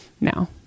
now